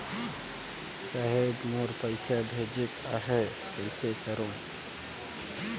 साहेब मोर पइसा भेजेक आहे, कइसे करो?